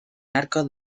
arcos